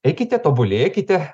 eikite tobulėkite